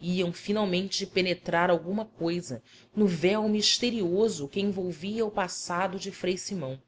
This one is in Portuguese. iam finalmente penetrar alguma coisa no véu misterioso que envolvia o passado de frei simão